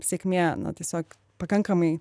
sėkmė na tiesiog pakankamai